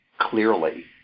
clearly